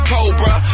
Cobra